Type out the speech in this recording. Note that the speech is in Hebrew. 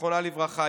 זיכרונה לברכה,